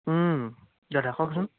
দাদা কওকচোন